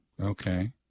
Okay